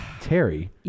Terry